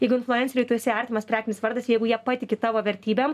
jeigu influenceriui tu esi artimas prekinis vardas jeigu jie patiki tavo vertybėm